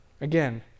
Again